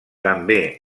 també